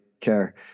care